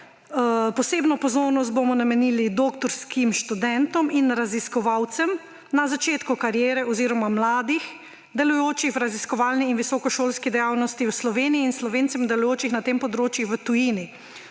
»Posebno pozornost bomo namenili doktorskim študentom in raziskovalcem na začetku kariere oziroma mladim, delujočim v raziskovalni in visokošolski dejavnosti v Sloveniji, in Slovencem, delujočim na teh področjih v tujini.